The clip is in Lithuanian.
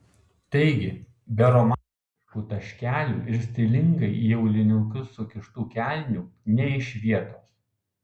taigi be romantiškų taškelių ir stilingai į aulinukus sukištų kelnių nė iš vietos